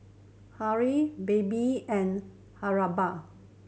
Hurley Bebe and Haribo